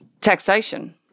taxation